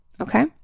Okay